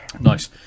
Nice